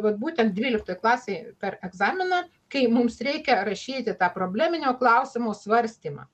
vat būtent dvyliktoj klasėj per egzaminą kai mums reikia rašyti tą probleminio klausimo svarstymą